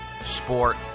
sport